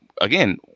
again